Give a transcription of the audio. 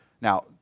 Now